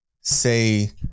say